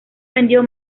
vendió